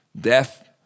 death